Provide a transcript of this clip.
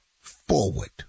forward